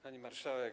Pani Marszałek!